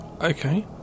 Okay